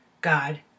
God